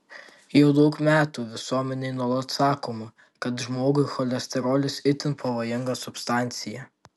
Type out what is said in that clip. jau daug metų visuomenei nuolat sakoma kad žmogui cholesterolis itin pavojinga substancija